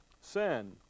sin